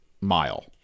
Mile